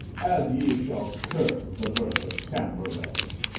as ye shall curse the birth of tamburlaine.